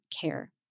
care